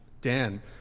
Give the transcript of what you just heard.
Dan